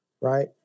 right